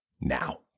now